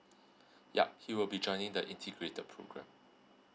yup he will be joining the integrated programme